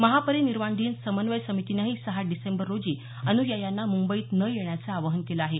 महापरिनिर्वाण दिन समन्वय समितीनेही सहा डिसेंबर रोजी अन्यायांना मुंबईत न येण्याचं आवाहन केलं आहे